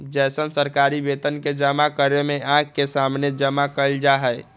जैसन सरकारी वेतन के जमा करने में आँख के सामने जमा कइल जाहई